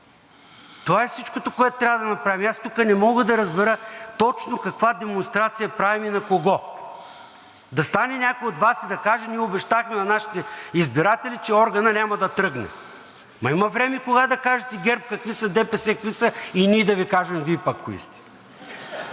Това е всичкото, което трябва да направим. Аз тук не мога да разбера точно каква демонстрация правим и на кого. Да стане някой от Вас и да каже: „Ние обещахме на нашите избиратели, че органът няма да тръгне.“ Има време кога да кажете ГЕРБ какви са, ДПС какви са и ние да Ви кажем Вие пък кои сте.